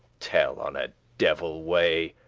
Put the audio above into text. tell on a devil way